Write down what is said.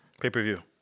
Pay-per-view